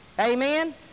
Amen